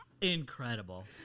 Incredible